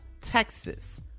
Texas